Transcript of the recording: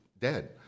dead